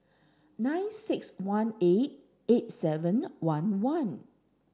nine six one eight eight seven one one